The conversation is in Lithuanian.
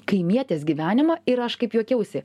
kaimietės gyvenimą ir aš kaip juokiausi